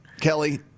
Kelly